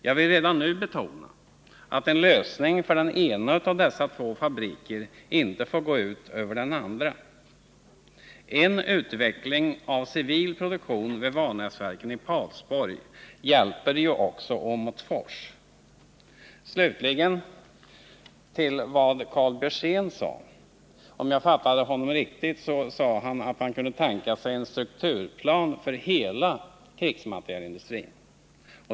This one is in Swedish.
Jag vill redan nu betona att en lösning för den ena av dessa två fabriker inte får gå ut över den andra. En utveckling av civil produktion vid Vanäsverken i Karlsborg hjälper ju också Åmotfors. Slutligen till vad Karl Björzén sade. Om jag fattade honom rätt, sade han att han kunde tänka sig en strukturplan för hela krigsmaterielindustrin.